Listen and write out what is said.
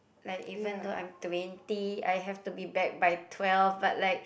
like even though I'm twenty I have to be back by twelve but like